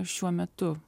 šiuo metu